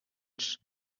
fons